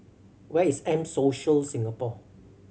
where is M Social Singapore